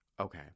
Okay